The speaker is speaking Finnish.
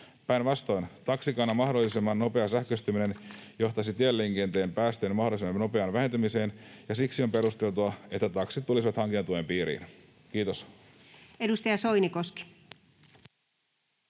Päinvastoin taksikannan mahdollisimman nopea sähköistyminen johtaisi tieliikenteen päästöjen mahdollisimman nopeaan vähentymiseen, ja siksi on perusteltua, että taksit tulisivat hankintatuen piiriin.” — Kiitos. Edustaja Soinikoski.